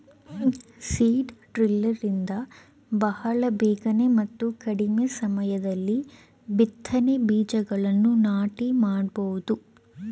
seed driller ಇಂದ ಬಹಳ ಬೇಗನೆ ಮತ್ತು ಕಡಿಮೆ ಸಮಯದಲ್ಲಿ ಬಿತ್ತನೆ ಬೀಜಗಳನ್ನು ನಾಟಿ ಮಾಡಬೋದು